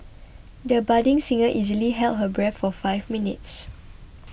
the budding singer easily held her breath for five minutes